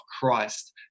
Christ